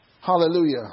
Hallelujah